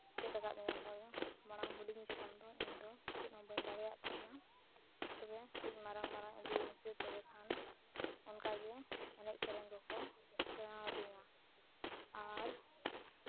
ᱪᱮᱫ ᱟᱠᱟᱫᱤᱧᱟᱹ ᱠᱚ ᱢᱟᱲᱟᱝ ᱦᱩᱰᱤᱧ ᱡᱚᱠᱷᱚᱱ ᱫᱚ ᱪᱮᱫ ᱦᱚᱸ ᱵᱟᱹᱧ ᱫᱟᱲᱮᱭᱟᱜ ᱛᱟᱦᱮᱱᱟ ᱛᱚᱵᱮ ᱠᱟᱹᱡ ᱢᱟᱨᱟᱝ ᱢᱟᱨᱟᱝ ᱤᱫᱤᱭᱮᱱᱟᱹᱧᱥᱮ ᱛᱚᱵᱮ ᱠᱷᱟᱱ ᱚᱱᱠᱟᱜᱮ ᱮᱱᱮᱡ ᱥᱮᱨᱮᱧ ᱠᱚᱠᱚ ᱥᱮᱬᱟ ᱟᱫᱤᱧᱟ ᱟᱨ